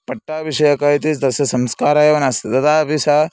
पट्टाभिषेकः इति तस्य संस्कारः एव नास्ति तदापि सः